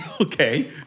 Okay